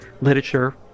literature